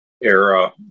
era